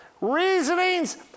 reasonings